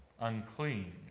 unclean